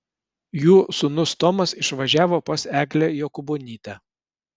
jų sūnus tomas išvažiavo pas eglę jokūbonytę